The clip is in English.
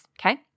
okay